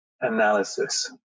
analysis